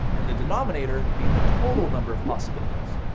and the denominator being the total number of possibilities.